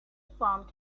formed